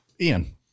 Ian